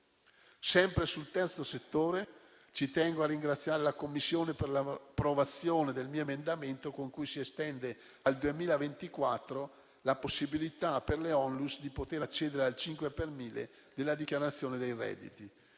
Sempre sul terzo settore, tengo a ringraziare la Commissione per l'approvazione del mio emendamento con cui si estende al 2024 la possibilità per le ONLUS di poter accedere al 5 per mille della dichiarazione dei redditi.